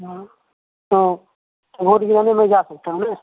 हाँ हाँ वोट गिराने मैं जा सकता हूँ न